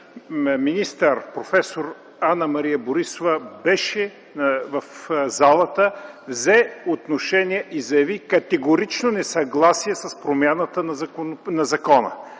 министър проф. Анна Мария Борисова беше в залата, взе отношение и заяви категорично несъгласие с промяната на закона,